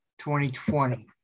2020